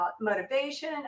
motivation